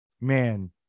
Man